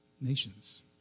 nations